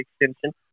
extension